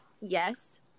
Yes